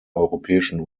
europäischen